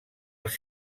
els